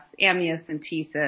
amniocentesis